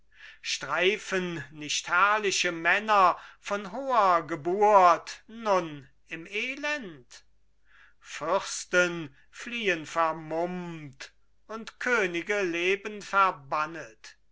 streifen nicht herrliche männer von hoher geburt nun im elend fürsten fliehen vermummt und könige leben verbannet